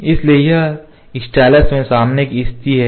इसलिए यह स्टाइलस में सामने की स्थिति है